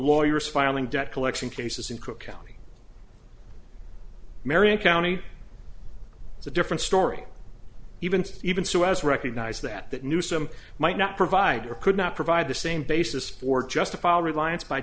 lawyers filing debt collection cases in cook county marion county it's a different story even so even so as recognized that that new sim might not provide or could not provide the same basis for just a fall reliance by